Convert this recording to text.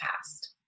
past